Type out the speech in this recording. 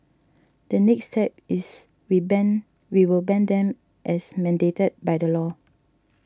the next step is we ban we will ban them as mandated by the law